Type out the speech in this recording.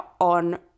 on